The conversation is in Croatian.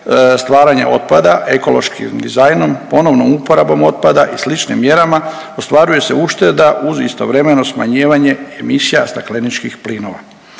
stvaranja otpada, ekološkim dizajnom, ponovnom uporabom otpada i sličnim mjerama ostvaruje se ušteda uz istovremeno smanjivanje emisija stakleničkih plinova.